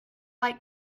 like